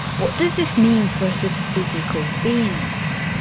what does this mean for us as physical beings?